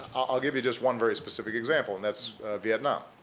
i'll give you just one very specific example and that's vietnam.